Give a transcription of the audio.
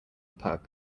puck